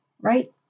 right